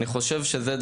אני חושב שזה,